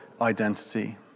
identity